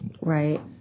Right